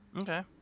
Okay